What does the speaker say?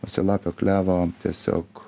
uosialapio klevo tiesiog